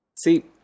See